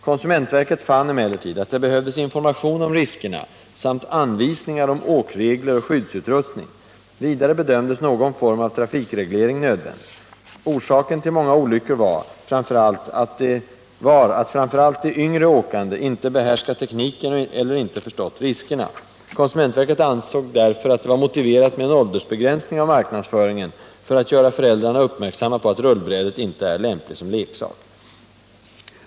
Konsumentverket fann emellertid att det behövdes information om riskerna samt anvisningar om åkregler och skyddsutrustning. Vidare bedömdes någon form av trafikreglering nödvändig. Orsaken till många olyckor var att framför allt de yngre åkande inte behärskat tekniken eller inte förstått riskerna. Konsumentverket ansåg därför att det var motiverat med en åldersbegränsning vid marknadsföringen för att göra föräldrarna uppmärksamma på att rullbrädet inte är lämpligt som leksak.